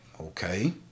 okay